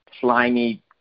slimy